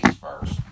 first